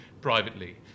privately